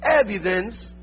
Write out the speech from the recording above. evidence